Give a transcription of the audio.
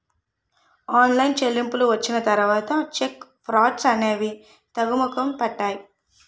online చెల్లింపులు వచ్చిన తర్వాత చెక్ ఫ్రాడ్స్ అనేవి తగ్గుముఖం పట్టాయి